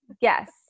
yes